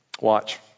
Watch